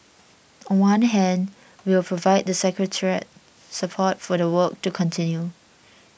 on one hand we'll provide the secretariat support for the work to continue